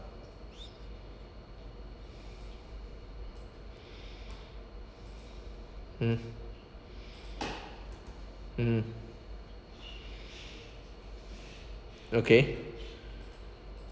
mm mmhmm okay